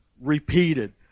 repeated